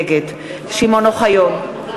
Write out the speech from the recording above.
נגד שמעון אוחיון,